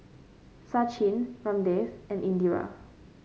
Sachin Ramdev and Indira